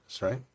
right